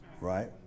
right